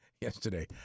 yesterday